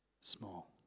small